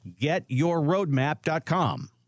Getyourroadmap.com